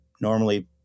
normally